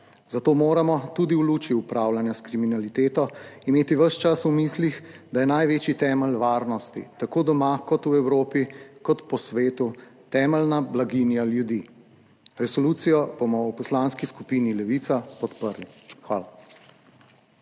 Zato moramo tudi v luči upravljanja s kriminaliteto imeti ves čas v mislih, da je največji temelj varnosti tako doma kot v Evropi in po svetu temeljna blaginja ljudi. Resolucijo bomo v Poslanski skupini Levica podprli. Hvala.